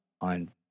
on